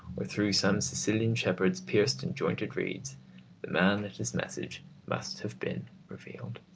or through some sicilian shepherds' pierced and jointed reeds, the man and his message must have been revealed.